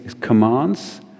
commands